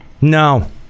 No